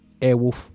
Airwolf